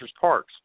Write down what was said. parks